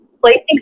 placing